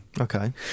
Okay